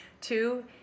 Two